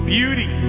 Beauty